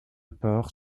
pores